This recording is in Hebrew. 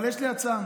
אבל יש לי הצעה: